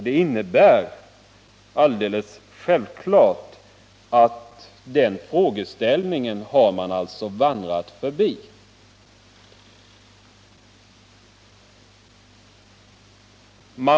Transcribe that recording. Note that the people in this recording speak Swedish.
Den frågeställningen har man helt vandrat förbi — det är fullt tydligt.